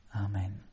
Amen